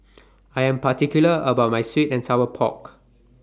I Am particular about My Sweet and Sour Pork